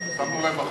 שמנו להם מחסומים?